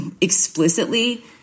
explicitly